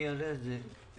אני אעלה את זה.